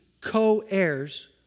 co-heirs